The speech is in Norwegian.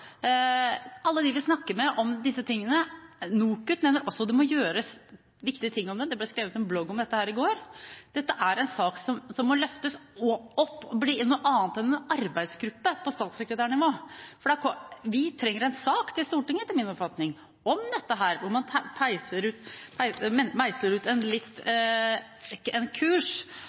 alle dem vi har snakket med om disse tingene. NOKUT mener også det må gjøres viktige ting i forbindelse med dette. Det ble skrevet en bloggpost om dette i går. Dette er en sak som må løftes opp og bli noe annet enn en arbeidsgruppe på statssekretærnivå. Etter min oppfatning trenger vi en sak til Stortinget om dette, hvor man meisler ut